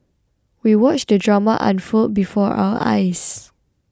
we watched the drama unfold before our eyes